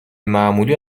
معمولی